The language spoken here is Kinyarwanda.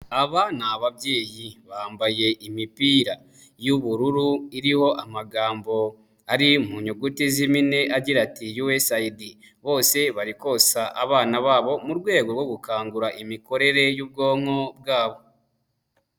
Aba ni ababyeyi bambaye imipira y'ubururu iriho amagambo ari mu nyuguti z'impine agira ati: "USAID" bose bari konsa abana babo mu rwego rwo gukangura imikorere y'ubwonko bwabo.